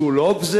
זו לא גזירה,